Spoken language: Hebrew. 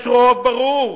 יש רוב ברור.